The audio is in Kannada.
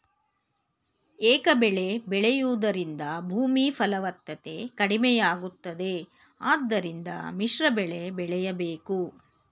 ಏಕಬೆಳೆ ಬೆಳೆಯೂದರಿಂದ ಭೂಮಿ ಫಲವತ್ತತೆ ಕಡಿಮೆಯಾಗುತ್ತದೆ ಆದ್ದರಿಂದ ಮಿಶ್ರಬೆಳೆ ಬೆಳೆಯಬೇಕು